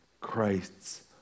Christ's